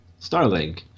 Starlink